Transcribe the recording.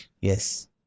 Yes